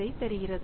625 தருகிறது